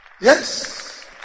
yes